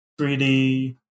3D